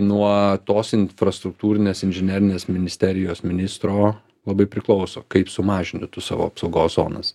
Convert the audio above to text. nuo tos infrastruktūrinės inžinerinės ministerijos ministro labai priklauso kaip sumažini tu savo apsaugos zonas